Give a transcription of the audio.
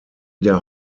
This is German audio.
der